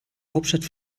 hauptstadt